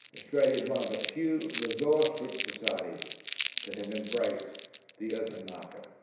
australia is one of the few resource-rich societies that have embraced the open market.